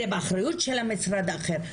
זה באחריות של משרד אחר",